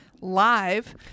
live